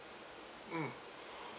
mm